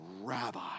Rabbi